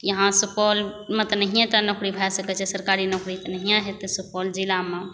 यहाँ सुपौलमे तऽ नहिएटा नौकरी भऽ सकै छै सरकारी नौकरी तऽ नहिए हेतै सुपौल जिलामे